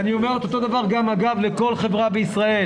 אני אומר את אותו דבר אגב לכל חברה בישראל.